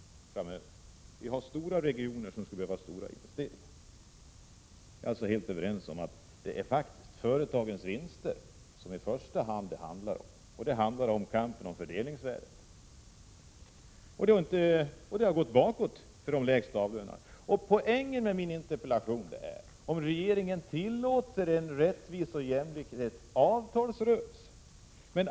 Vi har stora regioner som skulle behöva stora investeringar. Jag håller med om att det faktiskt i första hand handlar om företagens vinster. Det handlar om kampen om fördelningsvärdet. Det har gått bakåt för de lägst avlönade. Poängen med min interpellation är frågan om regeringen tillåter en rättvis och jämlik avtalsrörelse.